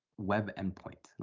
web end point.